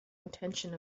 intention